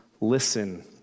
listen